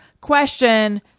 question